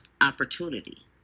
opportunity